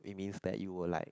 it means that you will like